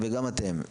וגם אתם.